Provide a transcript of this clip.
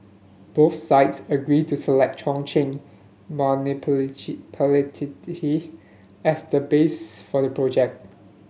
both sides agreed to select Chongqing as the base for the project